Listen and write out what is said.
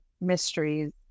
mysteries